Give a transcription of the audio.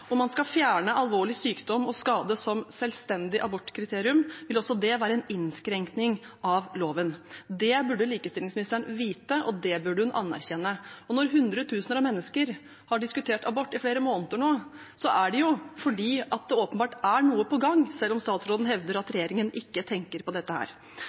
Om man skal fjerne alvorlig sykdom og skade som selvstendig abortkriterium, vil også det være en innskrenkning av loven. Det burde likestillingsministeren vite, og det burde hun anerkjenne. Og når hundretusener av mennesker har diskutert abort i flere måneder nå, er det fordi det åpenbart er noe på gang, selv om statsråden hevder at regjeringen ikke tenker på dette.